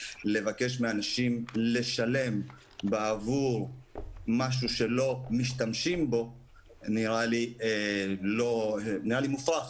לבקש מאנשים לשלם בעבור משהו שלא משתמשים בו נראה לי מופרך,